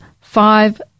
five